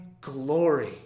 glory